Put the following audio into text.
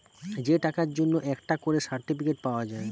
যে টাকার জন্যে একটা করে সার্টিফিকেট পাওয়া যায়